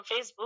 facebook